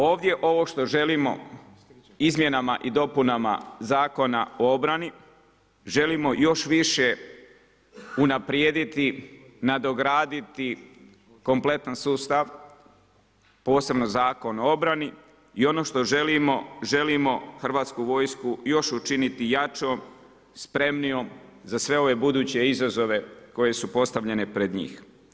Ovdje ovo što želimo izmjenama i dopunama Zakona o obrani, želimo još više unaprijediti, nadograditi kompletan sustav, posebno Zakon o obrani i ono što želimo, želimo hrvatsku vojsku još učiniti jačom, spremnijom za sve ove buduće izazove koji su postavljeni pred njih.